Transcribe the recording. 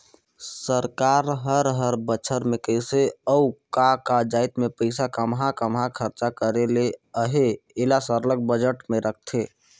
सरकार हर हर बछर में कइसे अउ का का जाएत में पइसा काम्हां काम्हां खरचा करे ले अहे एला सरलग बजट में रखथे